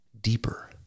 deeper